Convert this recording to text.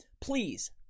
please